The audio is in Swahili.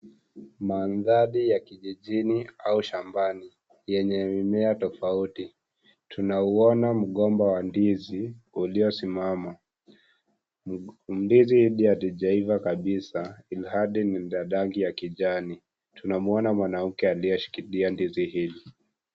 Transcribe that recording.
Mandhari ya kijijini au shambani yenye mimea tofauti . Tunauona mgomba wa ndizi uliosimama , ndizi hili halijaiva kabisa ilhali ni la rangi ya kijani . Tunamwona mwanamke aliyeshikilia ndizi hizi.